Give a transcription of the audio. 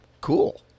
cool